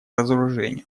разоружению